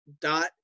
Dot